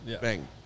Bang